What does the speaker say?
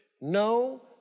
no